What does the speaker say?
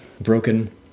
Broken